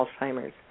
Alzheimer's